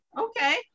Okay